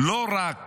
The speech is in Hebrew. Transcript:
לא רק